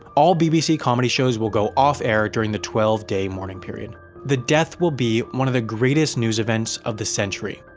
all bbc comedy shows will go off air during the twelve day morning period. the death will be one of the greatest news events of the century.